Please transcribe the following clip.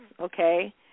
okay